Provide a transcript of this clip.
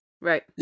Right